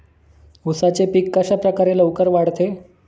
उसाचे पीक कशाप्रकारे लवकर वाढते?